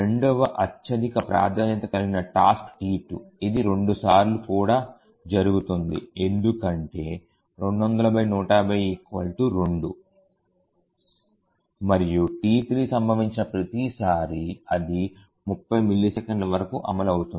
రెండవ అత్యధిక ప్రాధాన్యత కలిగిన టాస్క్ T2 ఇది 2 సార్లు కూడా జరుగుతుంది ఎందుకంటే 200150 2 మరియు T3 సంభవించిన ప్రతిసారీ అది 30 మిల్లీసెకన్ల వరకు అమలు అవుతుంది